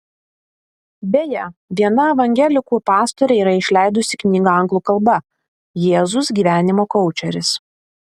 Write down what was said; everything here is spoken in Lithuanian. beje viena evangelikų pastorė yra išleidusi knygą anglų kalba jėzus gyvenimo koučeris